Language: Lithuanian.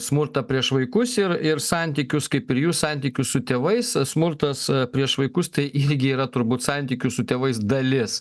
smurtą prieš vaikus ir ir santykius kaip ir jų santykius su tėvais smurtas prieš vaikus tai irgi yra turbūt santykių su tėvais dalis